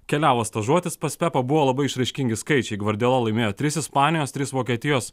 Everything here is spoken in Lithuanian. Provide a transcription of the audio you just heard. keliavo stažuotis pas pepą buvo labai išraiškingi skaičiai gvardiola laimėjo tris ispanijos tris vokietijos